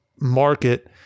market